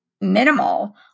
minimal